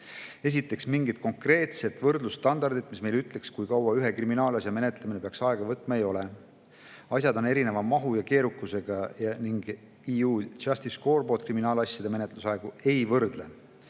Esiteks, mingit konkreetset võrdlusstandardit, mis meile ütleks, kui kaua ühe kriminaalasja menetlemine peaks aega võtma, ei ole. Asjad on erineva mahu ja keerukusega. EU Justice Scoreboard kriminaalasjade menetlusaegu ei võrdle,